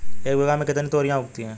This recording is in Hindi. एक बीघा में कितनी तोरियां उगती हैं?